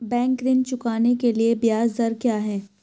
Bank ऋण चुकाने के लिए ब्याज दर क्या है?